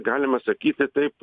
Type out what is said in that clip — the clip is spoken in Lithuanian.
galima sakyti taip